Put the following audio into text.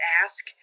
ask